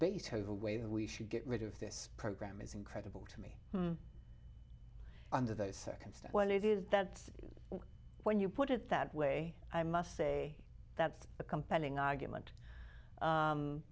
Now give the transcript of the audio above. over way that we should get rid of this program is incredible to me under those circumstances it is that when you put it that way i must say that's a compelling argument